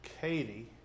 Katie